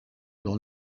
dans